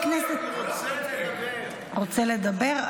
רוצה לדבר?